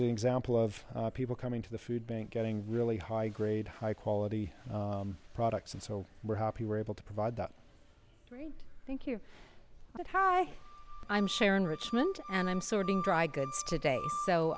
an example of people come into the food bank getting really high grade high quality products and so we're happy we're able to provide that thank you i'm sharon richmond and i'm sorting dry goods today so